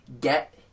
get